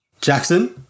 Jackson